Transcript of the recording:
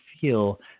feel